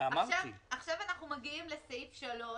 עכשיו אנחנו מגיעים לסעיף 3,